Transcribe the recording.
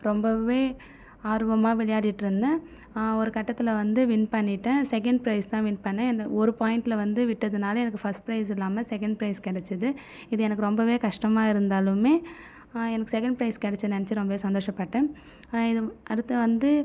ரொம்பவே ஆர்வமாக விளையாடிகிட்ருந்தேன் ஒரு கட்டத்தில் வந்து வின் பண்ணிவிட்டேன் செகண்ட் பிரைஸ் தான் வின் பண்ணிணேன் என்ன ஒரு பாயிண்ட்டில் வந்து விட்டதினால எனக்கு ஃபஸ்ட் பிரைஸ் இல்லாமல் செகண்ட் பிரைஸ் கெடைச்சுது இது எனக்கு ரொம்பவே கஷ்டமாக இருந்தாலும் எனக்கு செகண்ட் பிரைஸ் கிடைச்சதை நினைச்சு ரொம்பவே சந்தோஷப்பட்டேன் இது அடுத்தது வந்து